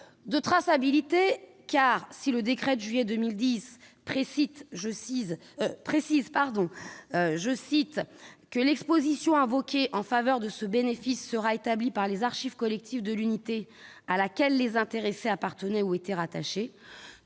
de traçabilité, je note que le décret de juillet 2010 prévoit que « [l]'exposition invoquée en faveur de ce bénéfice sera établie par les archives collectives de l'unité à laquelle les intéressés appartenaient ou étaient rattachés